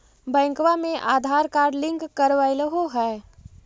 बैंकवा मे Aadhaar card link करवैलहो है?